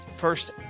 first